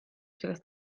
sellest